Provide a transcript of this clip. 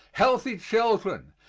healthy children,